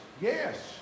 Yes